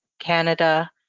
Canada